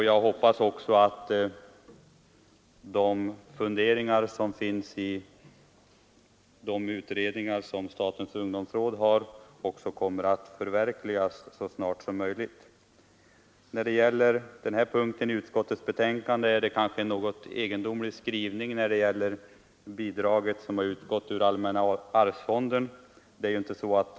Jag hoppas att de förslag som framlagts av de utredningar som statens ungdomsråd gjort kommer att förverkligas så snart som möjligt. Utskottets skrivning när det gäller de bidrag som utgått ur allmänna arvsfonden är kanske något egendomlig.